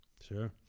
Sure